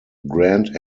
grand